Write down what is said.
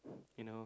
you know